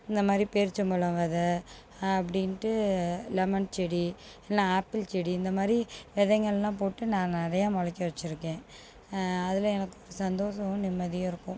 இந்தமாதிரி பேரிச்சம் பழம் வித அப்படின்ட்டு லெமன் செடி இல்லை ஆப்பிள் செடி இந்தமாதிரி விதைங்கள்லாம் போட்டு நான் நிறைய முளைக்க வச்சுருக்கேன் அதில் எனக்கு ஒரு சந்தோஷமும் நிம்மதியும் இருக்கும்